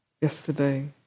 yesterday